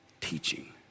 teaching